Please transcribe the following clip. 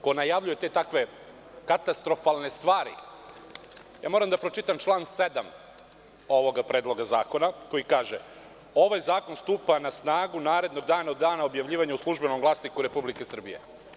Ali, ko najavljuje te tako katastrofalne stvari, ja moram da pročitam član 7. ovoga predloga zakona koji kaže: „Ovaj zakon stupa na snagu narednog dana od dana objavljivanja u „Službenom glasniku“ Republike Srbije“